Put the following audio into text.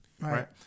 right